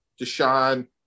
Deshaun